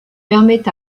permet